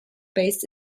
based